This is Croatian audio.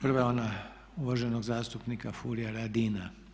Prva je ona uvaženog zastupnika Furija Radina.